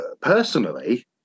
personally